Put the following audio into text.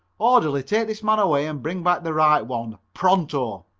orderly, take this man away and bring back the right one. pronto!